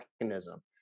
mechanism